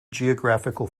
geographical